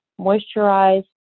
moisturize